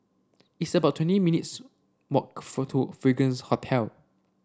it's about twenty minutes walk for to Fragrance Hotel